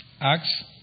Acts